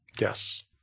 Yes